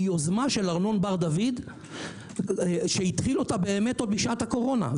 היא יוזמה של ארנון בר דוד שהתחיל אותה בשעת הקורונה.